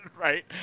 right